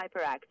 hyperactive